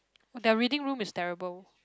their reading room is terrible